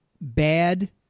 bad